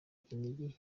kinigi